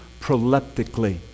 proleptically